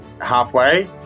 halfway